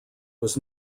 was